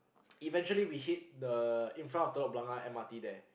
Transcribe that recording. eventually we hit the in front of Telok-Blangah M_R_T there